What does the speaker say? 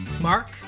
Mark